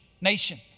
nation